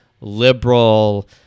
liberal